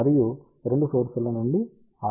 మరియు 2 సోర్సుల నుండి r1 మరియు r2 దూరము ఉంది